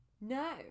No